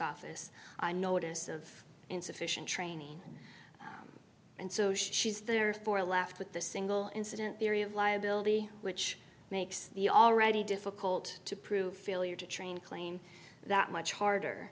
office i notice of insufficient training and so she's there for a laugh but the single incident theory of liability which makes the already difficult to prove failure to train claim that much harder